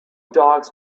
dogs